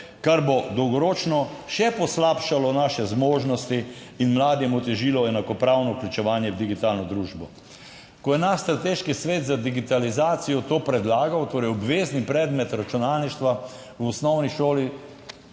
kar bo dolgoročno še poslabšalo naše zmožnosti in mladim otežilo enakopravno vključevanje v digitalno družbo. Ko je naš strateški svet za digitalizacijo to predlagal, torej obvezni predmet računalništva v osnovni šoli,